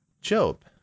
Job